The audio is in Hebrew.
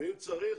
ואם צריך,